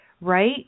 right